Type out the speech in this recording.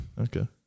Okay